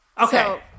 Okay